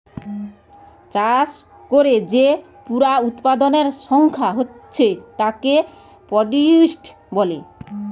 চাষ কোরে যে পুরা উৎপাদনের সংখ্যা হচ্ছে তাকে প্রডিউস বলে